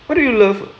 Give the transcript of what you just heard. what do you love